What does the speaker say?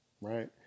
right